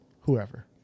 whoever